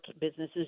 businesses